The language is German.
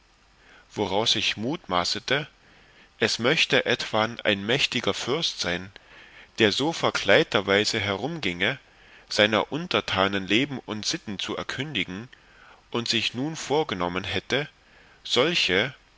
woraus ich mutmaßete es möchte etwan ein mächtiger fürst sein der so verkleidterweise herumgienge seiner untertanen leben und sitten zu erkündigen und sich nun vorgenommen hätte solche